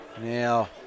Now